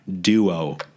duo